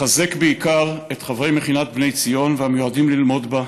לחזק בעיקר את חברי מכינת בני ציון והמיועדים ללמוד בה,